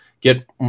get